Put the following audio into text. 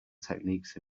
techniques